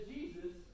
Jesus